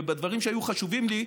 ובדברים שהיו חשובים לי,